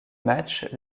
match